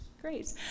Great